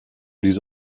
diese